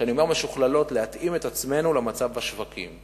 כשאני אומר "משוכללות" להתאים את עצמנו למצב בשווקים.